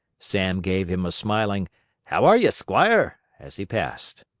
sam gave him a smiling how are ye, squire? as he passed.